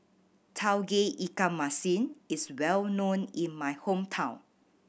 Tauge Ikan Masin is well known in my hometown